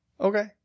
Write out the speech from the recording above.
Okay